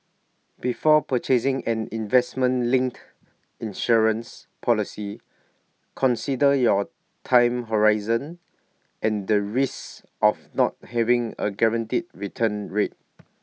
before purchasing an investment linked insurance policy consider your time horizon and the risks of not having A guaranteed return rate